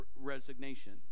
resignation